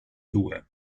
due